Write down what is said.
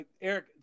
Eric